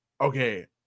okay